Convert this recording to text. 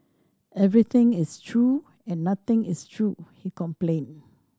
everything is true and nothing is true he complained